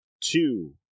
two